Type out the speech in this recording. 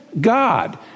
God